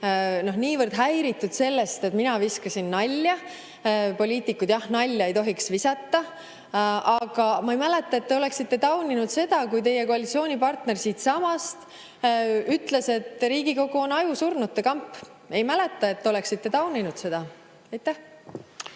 niivõrd häiritud sellest, et mina viskasin nalja. Poliitikud, jah, nalja ei tohiks visata, aga ma ei mäleta, et te oleksite tauninud seda, kui teie koalitsioonipartner siitsamast ütles, et Riigikogu on ajusurnute kamp. Ei mäleta, et te oleksite seda tauninud. Aitäh!